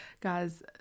Guys